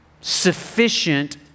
sufficient